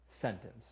sentence